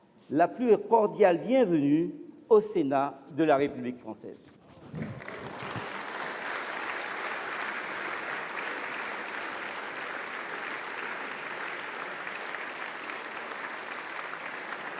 la plus cordiale bienvenue au Sénat de la République française.